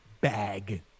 bag